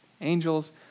Angels